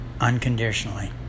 unconditionally